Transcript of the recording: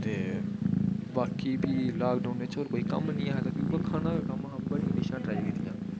ते बाकी भी लॉकडाउनै च होर कोई कम्म निं ते भी उ'ग्गै खाना कम्म हा बड़ियां डिशां ट्राई कीतियां